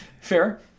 Fair